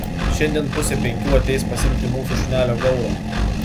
šiandien pusę penkių ateis pasiimti mūsų šunelio gauro